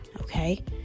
okay